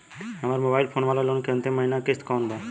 हमार mobile phone वाला loan के अंतिम महिना किश्त कौन बा?